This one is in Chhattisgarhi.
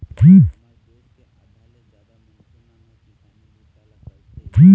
हमर देश के आधा ले जादा मनखे मन ह किसानी बूता ल करथे